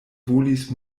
volis